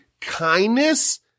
kindness